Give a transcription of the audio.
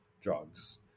drugs